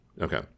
Okay